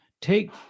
take